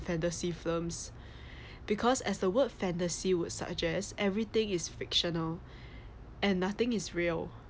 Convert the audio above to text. fantasy films because as the word fantasy would suggest everything is fictional and nothing is real